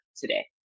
today